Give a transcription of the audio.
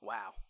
Wow